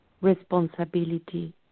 responsibility